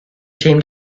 teamed